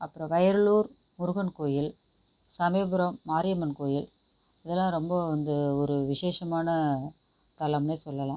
அப்புறம் வைரலூர் முருகன் கோவில் சமயபுரம் மாரியம்மன் கோவில் இதெல்லாம் ரொம்ப வந்து ஒரு விஷேசமான தலம்னே சொல்லெலாம்